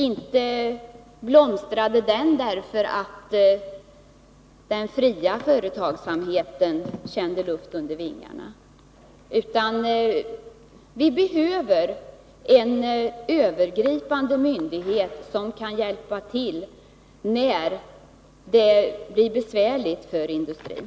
Inte blomstrade den därför att den fria företagsamheten kände luft under vingarna. Vi behöver en övergripande myndighet, som kan hjälpa till när det blir besvärligt för industrin.